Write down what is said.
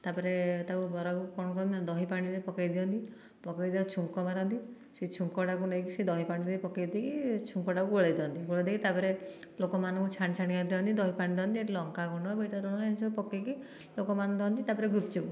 ତାପରେ ତାକୁ ବରାକୁ କ'ଣ କରନ୍ତି ନା ଦହି ପାଣିରେ ପକେଇ ଦିଅନ୍ତି ପକେଇ ତାକୁ ଛୁଙ୍କ ମାରନ୍ତି ସେହି ଛୁଙ୍କଟାକୁ ନେଇକି ସେ ଦହିପାଣିରେ ପକେଇ ଦେଇକି ଛୁଙ୍କଟାକୁ ଗୋଳେଇ ଦିଅନ୍ତି ଗୋଳେଇ ଦେଇ ତାପରେ ଲୋକମାନଙ୍କୁ ଛାଣି ଛାଣିକା ଦିଅନ୍ତି ଦହି ପାଣି ଦିଅନ୍ତି ଲଙ୍କା ଗୁଣ୍ଡ ବିଟ୍ ଲୁଣ ଏମିତି ସବୁ ପକେଇକି ଲୋକମାନଙ୍କୁ ଦଅନ୍ତି ତାପରେ ଗୁପଚୁପ୍